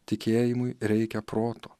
tikėjimui reikia proto